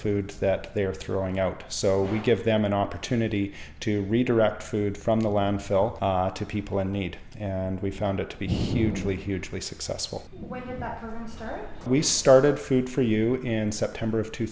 food that they are throwing out so we give them an opportunity to redirect food from the landfill to people in need and we found it to be hugely hugely successful when we started food for you in september of two